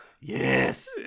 Yes